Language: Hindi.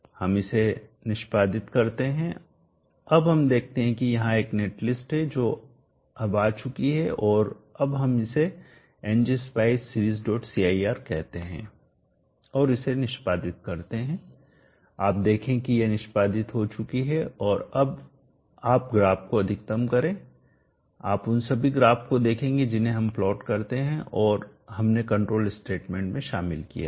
हम इसे निष्पादित करते हैं अब हम देखते हैं कि यहां एक नेटलिस्ट है जो अब आ चुकी है और अब हम इसे ngspice seriescir कहते हैं और इसे निष्पादित करते हैं आप देखें कि यह निष्पादित हो चुकी है और अब आप ग्राफ को अधिकतम करें आप उन सभी ग्राफ़ को देखेंगे जिन्हें हम प्लॉट करते हैं और हमने कंट्रोल स्टेटमेंट में शामिल किया है